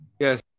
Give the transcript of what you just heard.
Yes